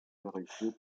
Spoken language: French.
vérifiés